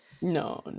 no